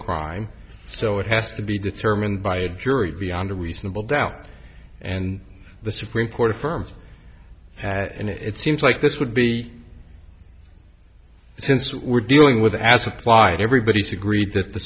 crime so it has to be determined by a jury beyond a reasonable doubt and the supreme court affirms that and it seems like this would be it since we're dealing with as applied everybody's agreed that the